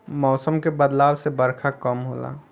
मौसम के बदलाव से बरखा कम होला